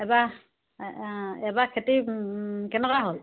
এবাৰ এবাৰ খেতি কেনেকুৱা হ'ল